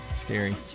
scary